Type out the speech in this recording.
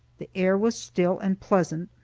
the air was still and pleasant,